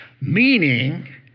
Meaning